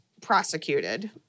prosecuted